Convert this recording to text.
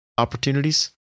Opportunities